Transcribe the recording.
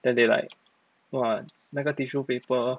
then they like !wah! 那个 tissue paper